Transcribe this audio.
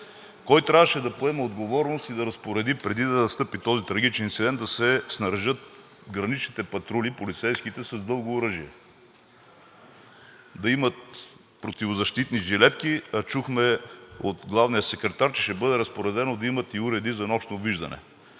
кой трябваше да поеме отговорност и да разпореди преди да настъпи този трагичен инцидент – да се снаряжат граничните полицейски патрули с дълго оръжие? Да имат противозащитни жилетки, а чухме от главния секретар, че ще бъде разпоредено да имат и уреди за нощно виждане.